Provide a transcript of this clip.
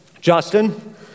Justin